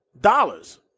dollars